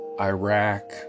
Iraq